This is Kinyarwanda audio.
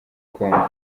congo